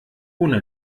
ohne